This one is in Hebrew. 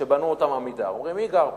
ובנו אותן "עמידר", אומרים: מי גר פה?